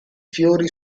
fiori